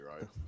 right